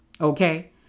Okay